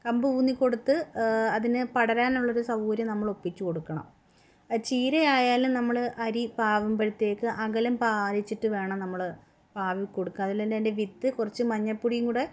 കമ്പ് ഊന്നിക്കൊടുത്ത് അതിന് പടരാനുള്ളൊരു സൗകര്യം നമ്മൾ ഒപ്പിച്ച് കൊടുക്കണം അത് ചീര ആയാലും നമ്മൾ അരി പാവുമ്പോഴത്തേക്ക് അകലം പാലിച്ചിട്ട് വേണം നമ്മൾ പാവിക്കൊടുക്കാൻ അതിൽതന്നെ അതിൻ്റെ വിത്ത് കുറച്ച് മഞ്ഞപ്പൊടിയുംകൂടെ